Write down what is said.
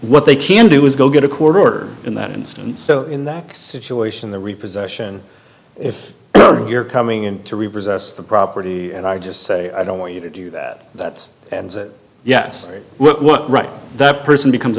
what they can do is go get a court order in that instance so in that situation the repossession if you're coming into rivers us the property and i just say i don't want you to do that that's and said yes what right that person becomes